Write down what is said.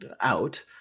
out